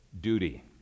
duty